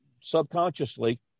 subconsciously